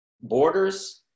borders